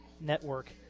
Network